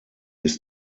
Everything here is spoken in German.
ist